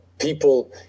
People